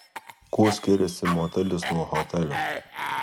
kuo skiriasi motelis nuo hotelio